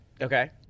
Okay